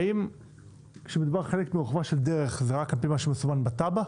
האם כשמדובר על חלק מרוחבה של דרך זה רק על פי מה שמסומן בתב"ע?